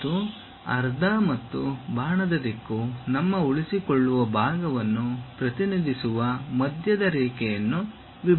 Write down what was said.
ಮತ್ತು ಅರ್ಧ ಮತ್ತು ಬಾಣದ ದಿಕ್ಕು ನಮ್ಮ ಉಳಿಸಿಕೊಳ್ಳುವ ಭಾಗವನ್ನು ಪ್ರತಿನಿಧಿಸುವ ಮಧ್ಯದ ರೇಖೆಯನ್ನು ವಿಭಜಿಸಬೇಕು